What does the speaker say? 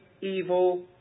evil